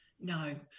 No